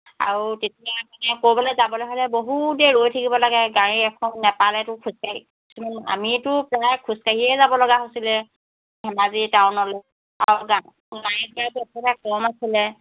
আৰু তেতিয়া আমি মানে ক'ৰবালৈ যাবলৈ হ'লে বহুত দেৰি ৰৈ থাকিব লাগে গাড়ী এখন নেপালেতো খোজকাঢ়ি আমিতো প্ৰায়ে খোজকাঢ়িয়ে যাবলগা হৈছিলে ধেমাজি টাউনলৈ কম আছিলে